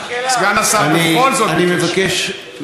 סגן השר בכל זאת מבקש.